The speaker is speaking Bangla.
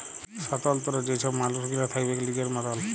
স্বতলত্র যে ছব মালুস গিলা থ্যাকবেক লিজের মতল